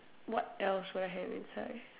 what else do I have inside